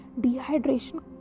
dehydration